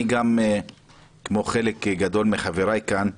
אני, כמו חלק גדול מחבריי כאן,